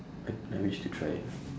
I I wish to try it